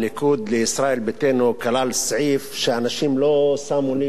ביתנו כלל סעיף שאנשים לא שמו לב אליו